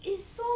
it's so